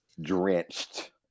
drenched